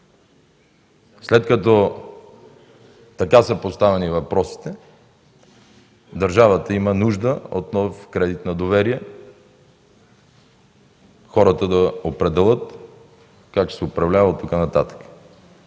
след като така са поставени въпросите, държавата има нужда от нов кредит на доверие – хората да определят как ще се управлява оттук нататък.